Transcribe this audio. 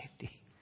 safety